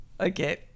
Okay